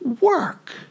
work